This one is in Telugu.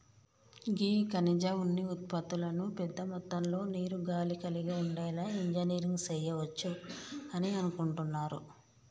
గీ ఖనిజ ఉన్ని ఉత్పతులను పెద్ద మొత్తంలో నీరు, గాలి కలిగి ఉండేలా ఇంజనీరింగ్ సెయవచ్చు అని అనుకుంటున్నారు